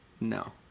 No